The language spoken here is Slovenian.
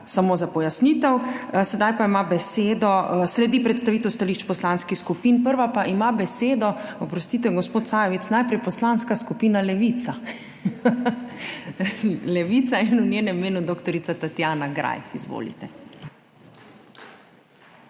Samo za pojasnitev. Sledi predstavitev stališč poslanskih skupin. Prva pa ima besedo, oprostite, gospod Sajovic, najprej Poslanska skupina Levica. Levica in v njenem imenu dr. Tatjana Greif. Izvolite.